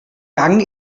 gang